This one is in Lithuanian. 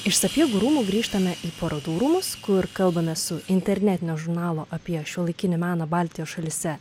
iš sapiegų rūmų grįžtame į parodų rūmus kur kalbamės su internetinio žurnalo apie šiuolaikinį meną baltijos šalyse